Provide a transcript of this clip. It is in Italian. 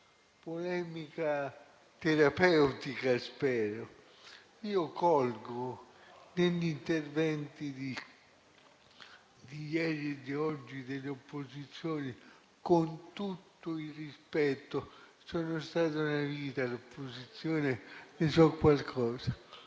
polemica terapeutica spero. Negli interventi di ieri e di oggi delle opposizioni io colgo, con tutto il rispetto - sono stato una vita all'opposizione e ne so qualcosa